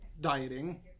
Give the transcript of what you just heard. dieting